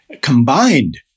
combined